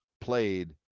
played